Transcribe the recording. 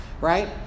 right